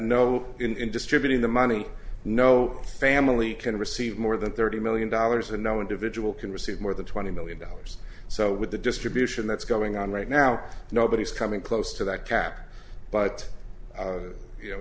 no in distributing the money no family can receive more than thirty million dollars and no individual can receive more than twenty million dollars so with the distribution that's going on right now nobody is coming close to that cap but